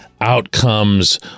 outcomes